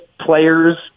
players